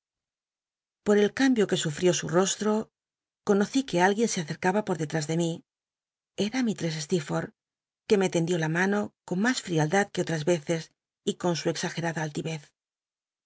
por el cambio que sufrió su j alguien se acercaba por del üs de mí era mi lress steerfortb que me tendió la mano con mas f ialeces y con su exagerada alti